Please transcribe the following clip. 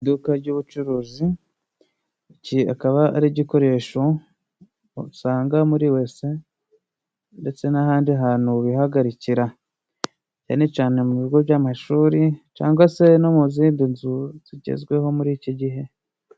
Iduka ry'ubucuruzi, iki akaba ari igikoresho usanga muri wese ndetse n'ahandi hantu bihagarikira cyane cyane mu bigo by'amashuri cyangwa se no mu zindi nzu zigezweho muri iki gihe.